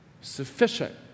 Sufficient